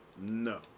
no